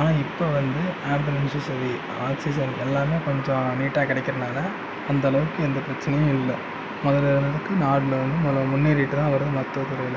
ஆனால் இப்போ வந்து ஆம்புலன்சும் சரி ஆக்சிஜன் எல்லாமே கொஞ்சம் நீட்டாக கிடக்குறதுனால அந்த அளவுக்கு எந்த பிரச்சனயும் இல்லை முதல்ல இருந்ததுக்கு நாடு வந்து முன்னேறிட்டுதான் வருது மருத்துவ துறையில்